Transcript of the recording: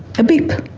a beep,